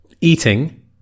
eating